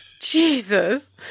Jesus